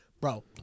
Bro